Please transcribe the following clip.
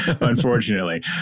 Unfortunately